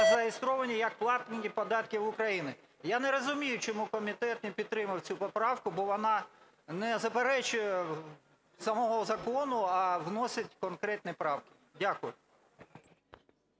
зареєстровані як платники податків в Україні. Я не розумію, чому комітет не підтримав цю поправку. Бо вона не заперечує самому закону, а вносить конкретні правки. Дякую.